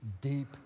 deep